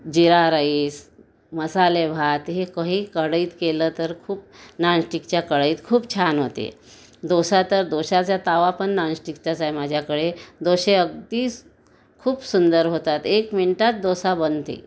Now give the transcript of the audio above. जिरा rice मसाले भात हे काही कढईत केलं तर खूप नॉनस्टिकच्या कढईत खूप छान होते दोसा तर दोश्याचा तवा पण नॉनस्टिकचाच आहे माझ्याकडे डोसे अगदी खूप सुंदर होतात एक मिनीटात डोसा बनते